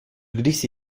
kdysi